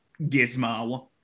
Gizmo